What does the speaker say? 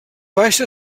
baixa